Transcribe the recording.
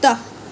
कुत्ता